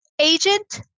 agent